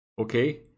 okay